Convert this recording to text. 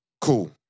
Cool